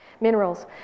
minerals